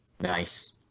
Nice